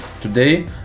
Today